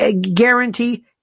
guarantee